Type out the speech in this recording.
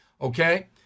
okay